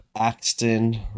Axton